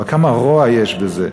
אבל כמה רוע יש בזה.